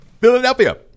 Philadelphia